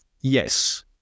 yes